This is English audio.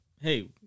hey